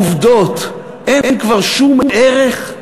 לעובדות אין כבר שום ערך?